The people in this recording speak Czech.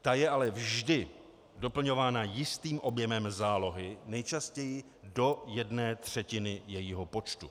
Ta je ale vždy doplňována jistým objemem zálohy, nejčastěji do jedné třetiny jejího počtu.